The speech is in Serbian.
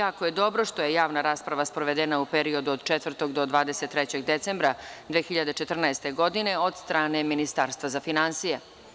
Jako je dobro što je javna rasprava sprovedena u periodu od 4. do 23. decembra 2014. godine od strane Ministarstva za finansije.